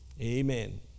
Amen